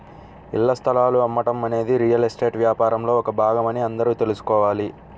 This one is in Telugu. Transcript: ఇళ్ల స్థలాలు అమ్మటం అనేది రియల్ ఎస్టేట్ వ్యాపారంలో ఒక భాగమని అందరూ తెల్సుకోవాలి